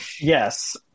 Yes